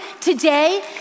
today